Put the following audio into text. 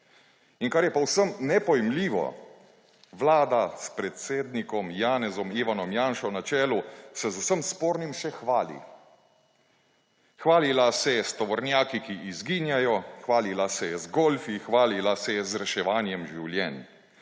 In kar je povsem nepojmljivo, vlada s predsednikom Janezom Ivanom Janšo na čelu se z vsem spornim še hvali. Hvalila se je s tovornjaki, ki izginjajo, hvalila se je z golfi, hvalila se je z reševanjem življenj,